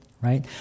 right